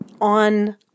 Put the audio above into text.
On